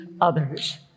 others